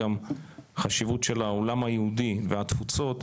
גם חשיבות של העולם היהודי והתפוצות,